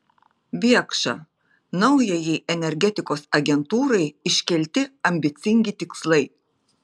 biekša naujajai energetikos agentūrai iškelti ambicingi tikslai